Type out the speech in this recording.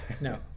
No